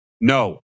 No